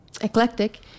eclectic